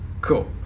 Cool